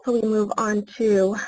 but we move on to